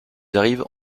arrivent